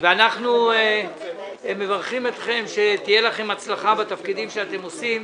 אנחנו מברכים אתכם שתהיה לכם הצלחה בתפקידים שאתם עושים.